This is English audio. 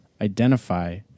identify